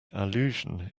allusion